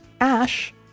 Ash